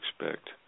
expect